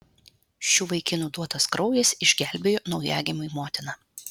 šių vaikinų duotas kraujas išgelbėjo naujagimiui motiną